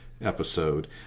episode